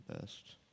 best